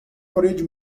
parede